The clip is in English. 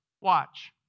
Watch